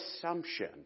assumption